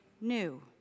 new